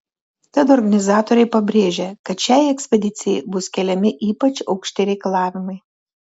tad organizatoriai pabrėžia kad šiai ekspedicijai bus keliami ypač aukšti reikalavimai